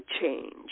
change